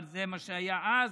אבל זה מה שהיה אז,